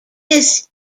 this